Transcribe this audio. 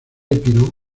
epiro